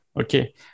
Okay